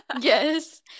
Yes